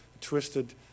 twisted